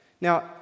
Now